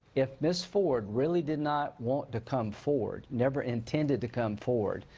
if ms. ford really did not want to come forward, never intended to come forward,